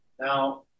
Now